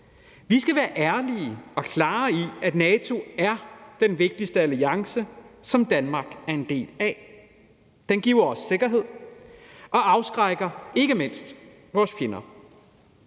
Vi skal være ærlige og klare, med hensyn til at NATO er den vigtigste alliance, som Danmark er en del af. Den giver os sikkerhed og afskrækker ikke mindst vores fjender.